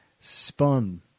spun